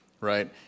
right